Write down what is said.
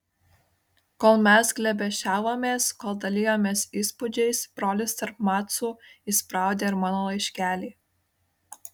kol mes glėbesčiavomės kol dalijomės įspūdžiais brolis tarp macų įspraudė ir mano laiškelį